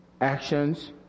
actions